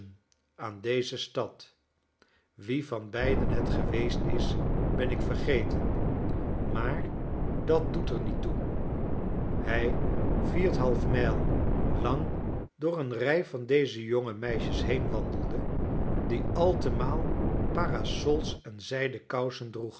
aan deze stad wie van beiden het geweestis ben ik vergeten maar dat doet er niet toe hij vierd'half mijl lang door een rij van dezejonge meisjes heen wandelde die altemaal parasols en zijden kousen droegen